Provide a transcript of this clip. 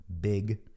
big